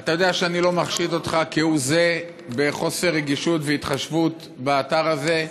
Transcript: אתה יודע שאני לא מחשיד אותך כהוא זה בחוסר רגישות והתחשבות באתר הזה.